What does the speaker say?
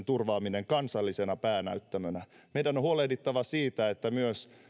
turvaaminen kansallisena päänäyttämönä meidän on huolehdittava siitä että myös